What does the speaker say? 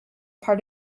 part